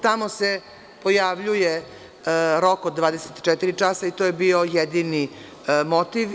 Tamo se pojavljuje rok od 24 časa i to je bio jedini motiv.